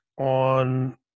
on